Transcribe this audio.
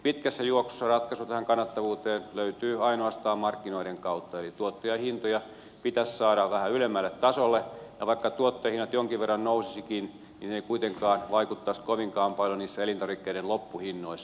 pitkässä juoksussa ratkaisu tähän kannattavuuteen löytyy ainoastaan markkinoiden kautta eli tuottajahintoja pitäisi saada vähän ylemmälle tasolle ja vaikka tuottajahinnat jonkin verran nousisivatkin niin ne eivät kuitenkaan vaikuttaisi kovinkaan paljon niissä elintarvikkeiden loppuhinnoissa